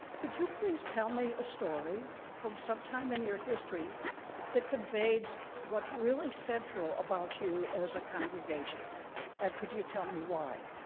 could you please tell me a story from sometime in your history that conveyed what's really central about you as a congregation? and could you tell me why?